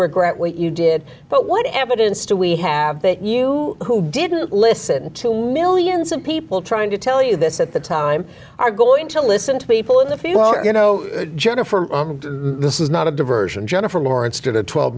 were great what you did but what evidence do we have that you who didn't listen to millions of people trying to tell you this at the time are going to listen to people in the field or you know jennifer this is not a diversion jennifer lawrence did a twelve